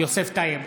יוסף טייב,